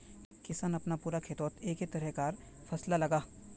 किसान अपना पूरा खेतोत एके तरह कार फासला लगाः